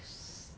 s~